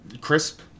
crisp